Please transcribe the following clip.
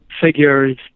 figures